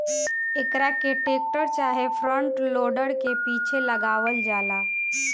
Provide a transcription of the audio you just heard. एकरा के टेक्टर चाहे फ्रंट लोडर के पीछे लगावल जाला